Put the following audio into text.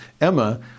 Emma